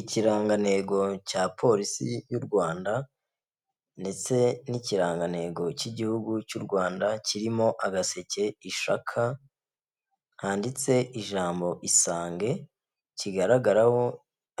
Ikirangantego cya Polisi y'u Rwanda ndetse n'ikirangantego cy'igihugu cy'u Rwanda kirimo agaseke, ishaka handitse ijambo isange, kigaragaraho